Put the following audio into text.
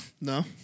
No